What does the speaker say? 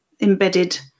embedded